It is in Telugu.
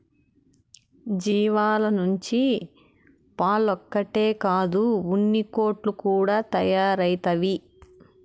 జీవాల నుంచి పాలొక్కటే కాదు ఉన్నికోట్లు కూడా తయారైతవి